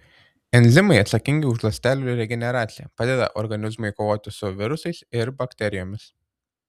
enzimai atsakingi už ląstelių regeneraciją padeda organizmui kovoti su virusais ir bakterijomis